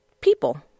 people